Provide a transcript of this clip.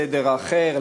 סדר אחר,